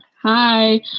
Hi